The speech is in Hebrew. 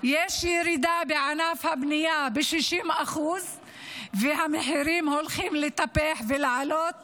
יש ירידה בענף הבנייה ב-60% והמחירים הולכים לתפוח ולעלות